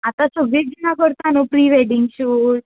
आतां सगळीं जाणां करता न्हू प्री वॅडिंग शूट